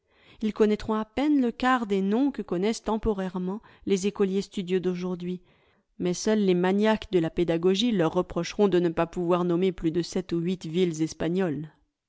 ils connaîtront à peine le quart des noms que connaissent temporairement les écoliers studieux d'aujourd'hui mais seuls les maniaques de la pédagogie leur reprocheront de ne pas pouvoir nommer plus de sept ou huit villes espagnoles